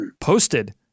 posted